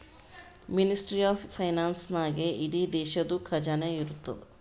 ministry of finance ನಾಗೇ ಇಡೀ ದೇಶದು ಖಜಾನಾ ಇರ್ತುದ್